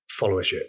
followership